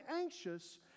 anxious